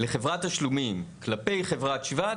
לחברת תשלומים כלפי חברת שבא,